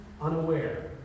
unaware